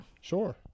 Sure